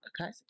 Okay